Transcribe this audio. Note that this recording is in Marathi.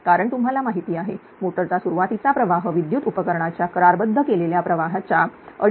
कारण तुम्हाला माहिती आहे मोटरचा सुरुवातीचा प्रवाह विद्युत उपकरणाच्या करारबद्ध केलेल्या प्रवाहाच्या 2